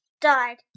died